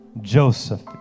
Joseph